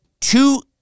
two